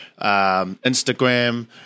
Instagram